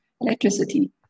electricity